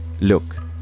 Look